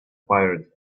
pirate